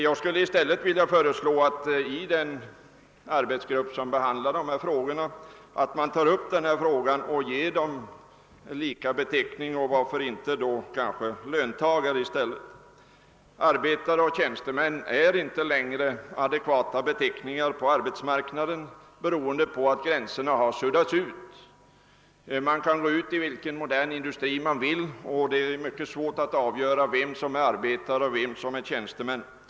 Jag skulle i stället vilja föreslå att den arbetsgrupp som behandlar dessa frågor tar upp detta problem och ger alla samma beteckning — varför inte löntagare? Arbetare och tjänstemän är inte längre adekvata beteckningar på arbetsmarknaden, beroende på att gränserna har suddats ut. Man kan gå ut i vilken modern industri man vill, och man får mycket svårt att avgöra vem som är arbetare och vem som är tjänsteman.